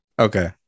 okay